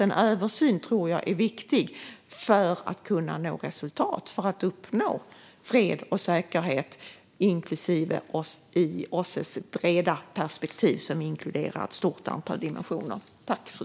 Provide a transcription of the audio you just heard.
En översyn är viktig för att nå resultat, för att uppnå fred och säkerhet i OSSE:s breda perspektiv - som inkluderar ett stort antal dimensioner.